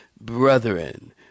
brethren